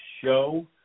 show